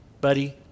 buddy